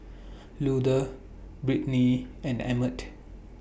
Luther Brittnee and Emett